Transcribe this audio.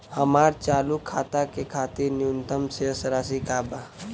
हमार चालू खाता के खातिर न्यूनतम शेष राशि का बा?